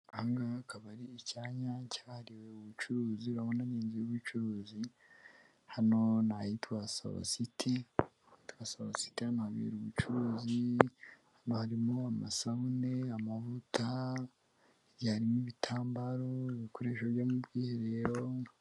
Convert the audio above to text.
Angaha hakaba ari icyanya cyahariwe ubucuruzi, urabona winjiyemo ibicuruzi, hano ni ahitwa Sawa siti. Sawa siti habera ubucuruzi; hano harimo amasabune, amavuta, hagiye harimo ibitambaro, ibikoresho byo mu bwiherero.